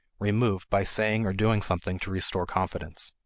remove by saying or doing something to restore confidence.